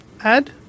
add